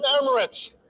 Emirates